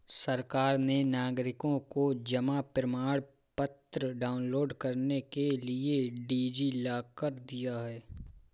सरकार ने नागरिकों को जमा प्रमाण पत्र डाउनलोड करने के लिए डी.जी लॉकर दिया है